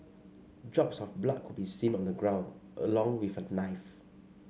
drops of blood could be seen on the ground along with a knife